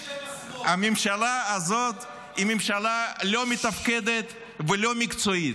הממשלה הזאת היא ממשלה לא מתפקדת ולא מקצועית.